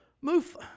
move